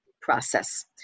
process